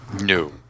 No